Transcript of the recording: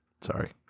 Sorry